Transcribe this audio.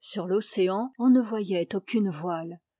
sur l'océan on ne voyait aucune voile